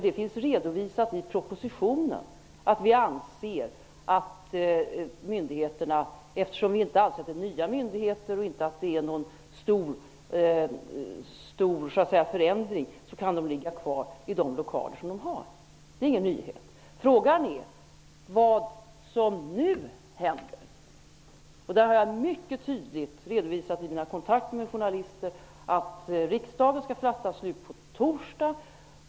Det finns redovisat i propositionen att vi anser att myndigheterna kan ligga kvar i de lokaler som de har eftersom vi inte anser att det är nya myndigheter och att det inte är någon stor förändring. Det är ingen nyhet. Frågan är vad som nu händer. Jag har mycket tydligt i mina kontakter med journalister redovisat att riksdagen skall fatta beslut på torsdag.